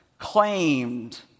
Claimed